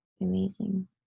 amazing